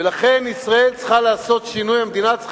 ולכן ישראל צריכה לעשות שינוי,